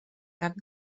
cap